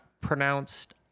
pronounced